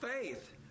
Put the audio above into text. faith